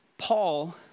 Paul